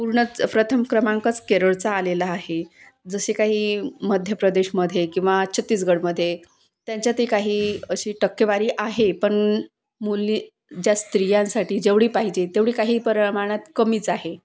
पूर्णच प्रथम क्रमांकच केरळचा आलेला आहे जसे काही मध्य प्रदेशमध्ये किंवा छत्तीसगढमध्ये त्यांच्यातही काही अशी टक्केवारी आहे पण मुली ज्या स्त्रियांसाठी जेवढी पाहिजे तेवढी काही प्रमाणात कमीच आहे